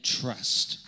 trust